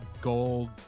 gold